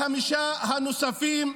לחמשת הנוספים: